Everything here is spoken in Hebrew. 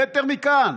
מטר מכאן.